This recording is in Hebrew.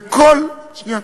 איזה מין שיטה?